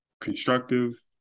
constructive